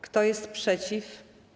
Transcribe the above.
Kto jest przeciw?